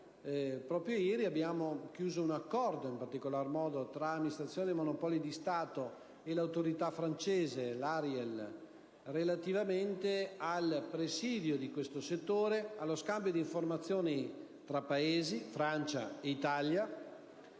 concluso un accordo di cooperazione tra l'Amministrazione dei Monopoli di Stato e l'autorità francese, l'ARJEL, relativamente al presidio di questo settore, allo scambio di informazioni tra Francia e Italia,